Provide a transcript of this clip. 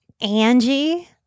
Angie